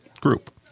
group